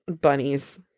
bunnies